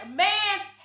man's